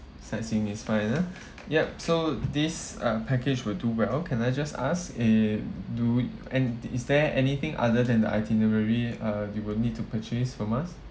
sightseeing is fine ah yup so this uh package will do well can I just ask eh do and is there anything other than the itinerary uh you will need to purchase from us